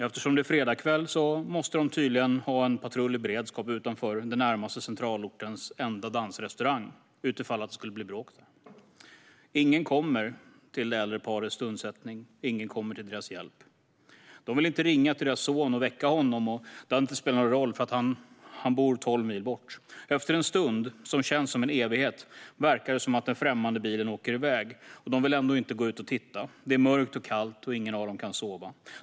Eftersom det är fredag kväll måste man tydligen ha en patrull i beredskap utanför den närmaste centralortens enda dansrestaurang utifall att det skulle bli bråk där. Ingen kommer till det äldre parets undsättning. Ingen kommer till deras hjälp. De vill inte ringa sin son och väcka honom. Det hade ändå inte spelat någon roll, för han bor tolv mil bort. Efter en stund som känns som en evighet verkar det som att den främmande bilen åker iväg. De vill ändå inte gå ut och titta. Det är mörkt och kallt, och ingen av dem kan sova.